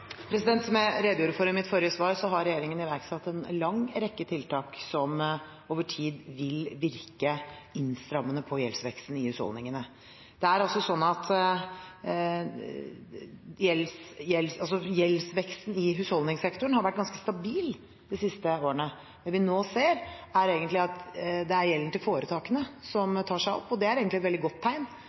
Som jeg redegjorde for i mitt forrige svar, har regjeringen iverksatt en lang rekke tiltak som over tid vil virke innstrammende på gjeldsveksten i husholdningene. Gjeldsveksten i husholdningssektoren har også vært ganske stabil de siste årene. Det vi nå ser, er at det er gjelden til foretakene som tar seg opp, og det er egentlig et veldig godt tegn,